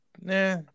Nah